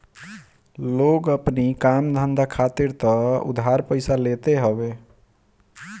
लोग अपनी काम धंधा खातिर तअ उधार पइसा लेते हवे